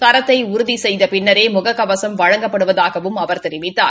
தரத்தை உறுதி செய்த பின்னரே முக கவசம் வழங்கப்படுவதாகவும் அவர் தெரிவித்தார்